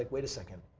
like wait a second.